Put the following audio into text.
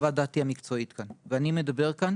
חוות דעתי המקצועית כאן, ואני מדבר כאן